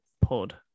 pod